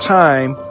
time